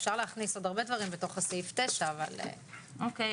אפשר להכניס עוד הרבה דברים בתוך סעיף 9. אוקי,